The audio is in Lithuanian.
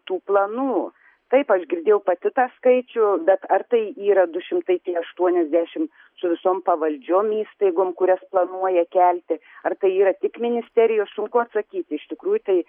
tų planų taip aš girdėjau pati tą skaičių bet ar tai yra du šimtai tie aštuoniasdešim su visom pavaldžiom įstaigom kurias planuoja kelti ar tai yra tik ministerijos sunku atsakyti iš tikrųjų tai